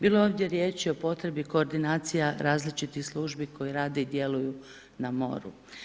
Bilo je ovdje riječi o potrebi koordinacija različitih službi koje rade i djeluju na moru.